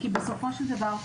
כי בסופו של דבר,